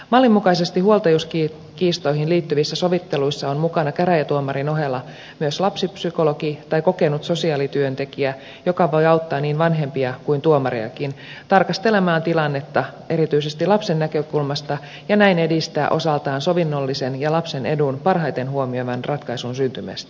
mallin mukaisesti huoltajuuskiistoihin liittyvissä sovitteluissa on mukana käräjätuomarin ohella myös lapsipsykologi tai kokenut sosiaalityöntekijä joka voi auttaa niin vanhempia kuin tuomariakin tarkastelemaan tilannetta erityisesti lapsen näkökulmasta ja näin edistää osaltaan sovinnollisen ja lapsen edun parhaiten huomioivan ratkaisun syntymistä